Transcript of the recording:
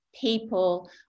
people